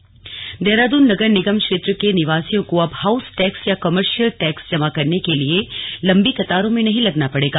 online house tax Dehradun नगर निगम क्षेत्र के निवासियों को अब हाउस टैक्स या कॉमर्शियल टैक्स जमा कराने के लिये लम्बी कतारों में नहीं लगना पड़ेगा